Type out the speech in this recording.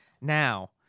now